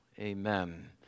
Amen